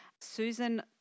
Susan